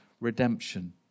redemption